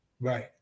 right